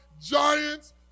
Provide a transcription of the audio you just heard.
Giants